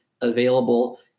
available